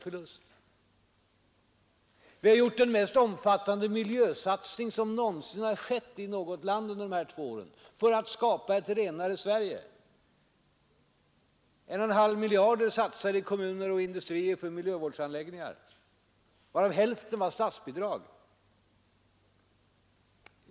Vi har under de här två åren gjort den mest omfattande miljösatsning som någonsin har skett i något land för att skapa ett renare Sverige. Omkring 1,5 miljarder kronor har satsats i kommuner och industrier för miljövårdsanläggningar, varav hälften är statsbidrag.